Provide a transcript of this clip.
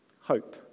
hope